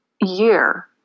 year